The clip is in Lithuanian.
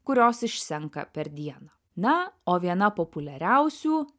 kurios išsenka per dieną na o viena populiariausių